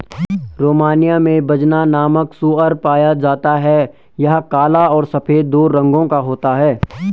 Romania में Bazna नामक सूअर पाया जाता है यह काला और सफेद दो रंगो का होता है